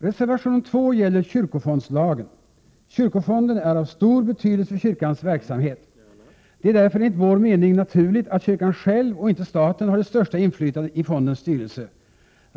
Reservation 2 gäller kyrkofondslagen. Kyrkofonden är av stor betydelse för kyrkans verksamhet. Det är därför enligt vår mening naturligt att kyrkan själv och inte staten har det största inflytandet i fondens styrelse.